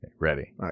Ready